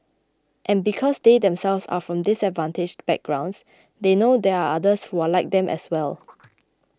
and because they themselves are from disadvantaged backgrounds they know there are others who are like them as well